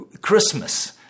Christmas